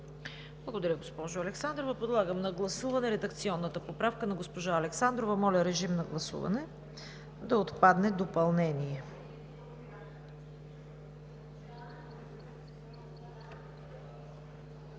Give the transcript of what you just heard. Благодаря, госпожо Александрова. Подлагам на гласуване редакционната поправка на госпожа Александрова – да отпадне „допълнение“.